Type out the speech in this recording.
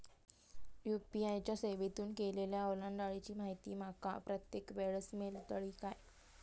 UPI च्या सेवेतून केलेल्या ओलांडाळीची माहिती माका प्रत्येक वेळेस मेलतळी काय?